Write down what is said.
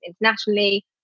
internationally